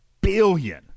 billion